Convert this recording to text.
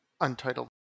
Untitled